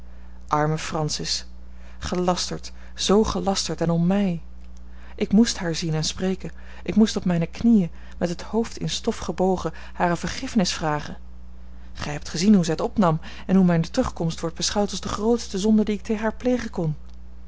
arme francis gelasterd zoo gelasterd en om mij ik moest haar zien en spreken ik moest op mijne knieën met het hoofd in stof gebogen hare vergiffenis vragen gij hebt gezien hoe zij het opnam en hoe mijne terugkomst wordt beschouwd als de grootste zonde die ik tegen haar plegen kon